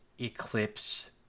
Eclipse